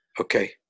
Okay